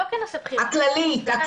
לא כנושא בחירה, הכללית.